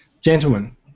Gentlemen